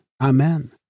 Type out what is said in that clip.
Amen